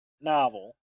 novel